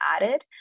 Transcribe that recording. added